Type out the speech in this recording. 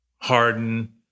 Harden